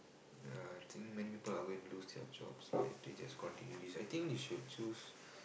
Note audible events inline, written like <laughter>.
uh I think many people are going to lose their jobs lah if they just continue this I think they should choose <breath>